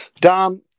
Dom